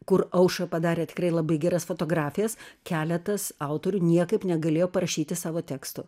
kur aušra padarė tikrai labai geras fotografijas keletas autorių niekaip negalėjo parašyti savo tekstų